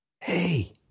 Hey